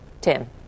Tim